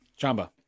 Chamba